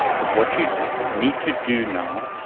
but what you need to do now